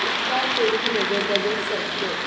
उपकार करून म्हजो गजर सेट कर